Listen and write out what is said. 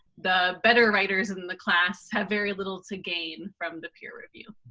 the better writers in the class have very little to gain from the peer review?